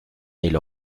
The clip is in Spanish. del